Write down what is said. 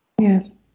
Yes